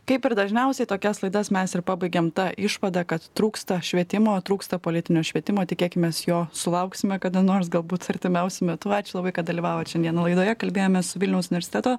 kaip ir dažniausiai tokias laidas mes ir pabaigiam ta išvada kad trūksta švietimo trūksta politinio švietimo tikėkimės jo sulauksime kada nors galbūt artimiausiu metu ačiū labai kad dalyvavot šiandien laidoje kalbėjomės su vilniaus universiteto